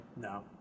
No